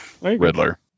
Riddler